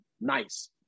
Nice